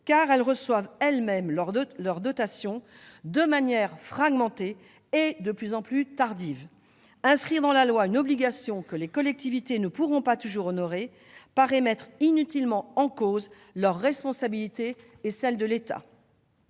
car elles-mêmes reçoivent leurs dotations de manière fragmentée, et de plus en plus tardivement. Inscrire dans la loi une obligation que les collectivités ne pourront pas toujours honorer paraît mettre inutilement en cause leur responsabilité et celle de l'État.